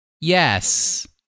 yes